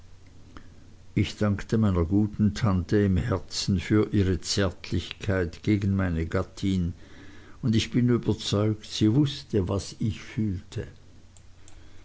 ich dankte meiner guten tante im herzen für ihre zärtlichkeit gegen meine gattin und ich bin überzeugt sie wußte was ich fühlte